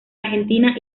argentina